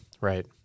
right